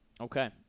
Okay